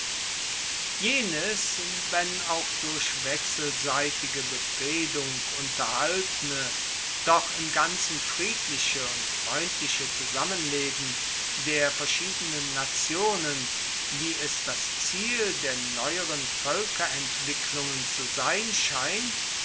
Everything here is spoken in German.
jenes wenn auch durch wechselseitige befehdung unterhaltene doch im ganzen friedliche und freundliche zusammenleben der verschiedenen nationen wie es das ziel der neueren voelkerentwicklungen zu sein scheint